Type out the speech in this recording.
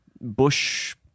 bush